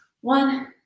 One-